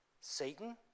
Satan